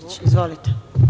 Izvolite.